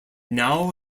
now